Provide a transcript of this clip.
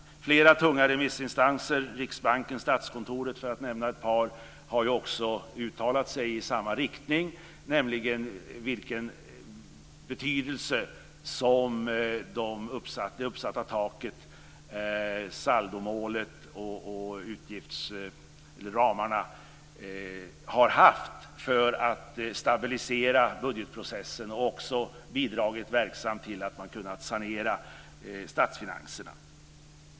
Flera tunga remissinstanser - Riksbanken och Statskontoret, för att nämna ett par - har ju också uttalat sig i samma riktning, nämligen om vilken betydelse som det uppsatta taket, saldomålet och utgiftsramarna har haft för att stabilisera budgetprocessen. Detta har också bidragit verksamt till att man har kunnat sanera statsfinanserna.